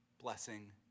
blessing